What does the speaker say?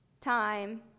time